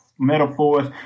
metaphors